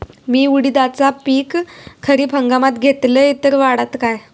मी उडीदाचा पीक खरीप हंगामात घेतलय तर वाढात काय?